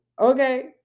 okay